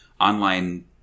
Online